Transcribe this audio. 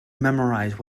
memorize